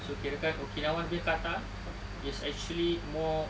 so kirakan okinawan punya kata is actually more